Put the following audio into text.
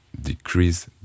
decrease